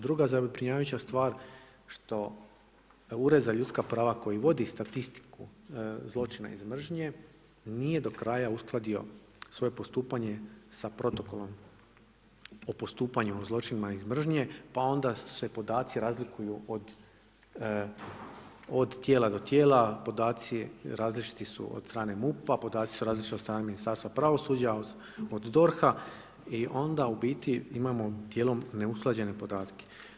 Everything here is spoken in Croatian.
Druga zabrinjavajuća stvar što Ured za ljudska prava koji vodi statistiku zločina iz mržnje nije do kraja uskladio svoje postupanje sa protokolom o postupanju o zločinima iz mržnje pa onda se podaci razlikuju od tijela do tijela, podaci različiti su od strane MUP-a, podaci su različiti od strane Ministarstva pravosuđa, od DORH-a i onda u biti imamo dijelom neusklađene podatke.